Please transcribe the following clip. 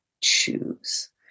choose